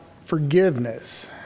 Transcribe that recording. forgiveness